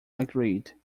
agreed